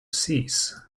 seas